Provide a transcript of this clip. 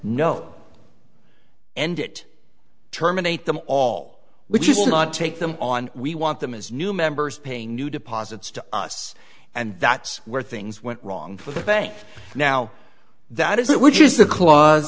no end it terminate them all which is not take them on we want them as new members paying new deposits to us and that's where things went wrong for the bank now that is it would use a clause